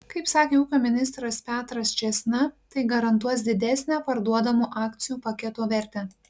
kaip sakė ūkio ministras petras čėsna tai garantuos didesnę parduodamo akcijų paketo vertę